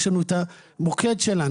יש לנו גם את המוקד שלנו.